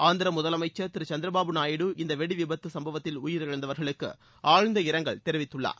ஆந்திர முதலமைச்சர் திரு சந்திரபாபு நாயுடு இந்த வெடி விபத்து சும்பவத்தில் உயிரிழந்தவர்களுக்கு ஆழ்ந்த இரங்கல் தெரிவித்துள்ளார்